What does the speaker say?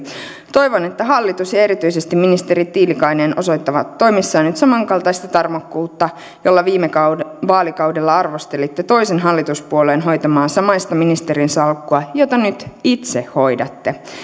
toivon että hallitus ja erityisesti ministeri tiilikainen osoittavat toimissaan nyt samankaltaista tarmokkuutta jolla viime vaalikaudella arvostelitte toisen hallituspuolueen hoitamaa samaista ministerinsalkkua jota nyt itse hoidatte